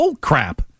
crap